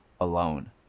alone